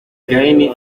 gahini